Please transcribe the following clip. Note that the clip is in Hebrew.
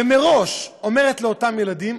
ומראש אומרת לאותם ילדים,